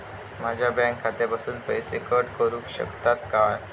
माझ्या बँक खात्यासून पैसे कट करुक शकतात काय?